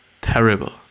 terrible